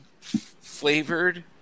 flavored